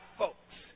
folks